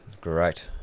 Great